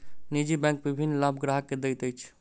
निजी बैंक विभिन्न लाभ ग्राहक के दैत अछि